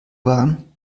waren